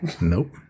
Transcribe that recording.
Nope